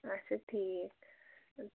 اچھا ٹھیٖک